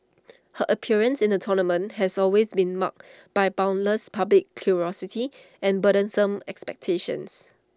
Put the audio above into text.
her appearance in the tournament has always been marked by boundless public curiosity and burdensome expectations